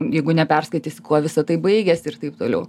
jeigu neperskaitys kuo visa tai baigiasi ir taip toliau